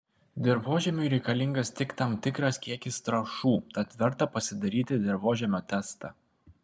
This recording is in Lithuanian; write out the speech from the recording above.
dirvožemiui reikalingas tik tam tikras kiekis trąšų tad verta pasidaryti dirvožemio testą